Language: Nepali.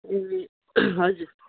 ए हजुर